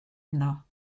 yno